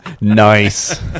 Nice